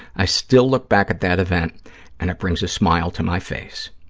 i still look back at that event and it brings a smile to my face.